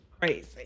Crazy